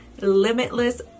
limitless